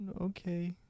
okay